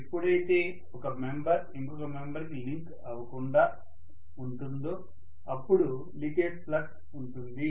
ఎప్పుడైతే ఒక మెంబెర్ ఇంకొక మెంబెర్ కి లింక్ అవకుండా ఉంటుందో అప్పుడు లీకేజ్ ఫ్లక్స్ ఉంటుంది